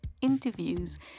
interviews